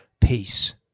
Peace